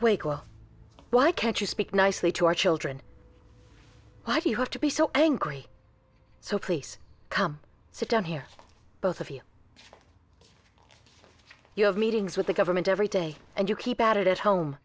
god why can't you speak nicely to our children why do you have to be so angry so please come sit down here both of you you have meetings with the government every day and you keep at it at home